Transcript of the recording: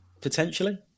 potentially